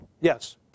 Yes